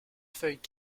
feuilles